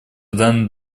данный